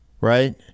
right